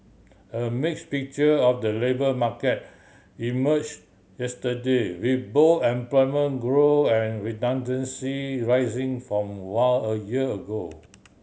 a mix picture of the labour market emerge yesterday with both employment grow and redundancy rising form a year ago